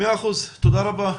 תודה רבה.